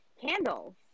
candles